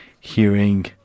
hearing